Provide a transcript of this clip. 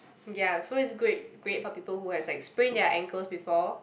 ya so it's great great for people who has like sprain their ankles before